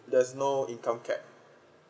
there's no income cap